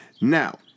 Now